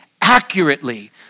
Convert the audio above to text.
accurately